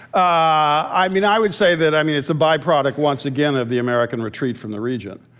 i mean, i would say that i mean it's a byproduct once again of the american retreat from the region.